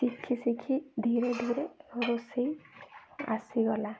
ଶିଖି ଶିଖି ଧୀରେ ଧୀରେ ରୋଷେଇ ଆସିଗଲା